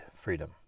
freedom